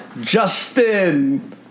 Justin